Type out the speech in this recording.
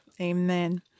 Amen